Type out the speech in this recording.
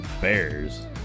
Bears